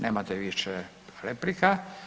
nemate više replika.